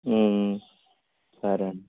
సరే అండీ